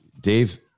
Dave